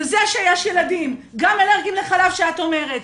וזה שיש ילדים גם אלרגיים לחלב שאת אומרת,